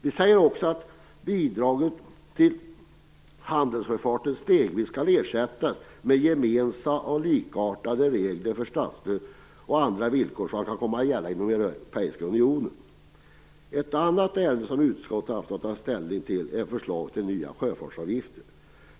Vi säger också att bidraget till handelssjöfarten stegvis skall ersättas med gemensamma och likartade regler för statsstöd och andra villkor som kan komma att gälla inom Europeiska unionen. Ett annat ärende som utskottet haft att ta ställning till är förslaget till nya sjöfartsavgifter.